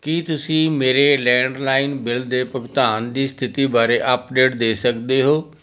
ਕੀ ਤੁਸੀਂ ਮੇਰੇ landline bill ਦੇ ਭੁਗਤਾਨ ਦੀ ਸਥਿਤੀ ਬਾਰੇ ਅੱਪਡੇਟ ਦੇ ਸਕਦੇ ਹੋ